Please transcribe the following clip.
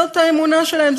זאת האמונה שלהם.